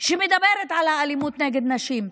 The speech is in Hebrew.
שמדברת על האלימות נגד נשים.